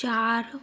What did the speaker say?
ਚਾਰ